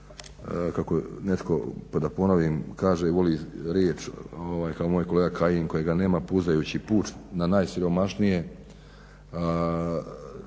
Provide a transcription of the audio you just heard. bih, da ponovim, kaže voli riječ kao moj kolega Kajin kojega nema, puzajući puč na najsiromašnije,